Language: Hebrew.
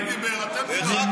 מי דיבר על סגרים?